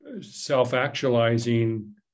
self-actualizing